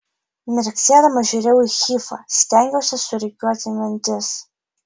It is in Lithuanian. mirksėdama žiūrėjau į hifą stengiausi surikiuoti mintis